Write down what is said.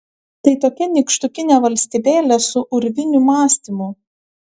tai tokia nykštukinė valstybėlė su urvinių mąstymu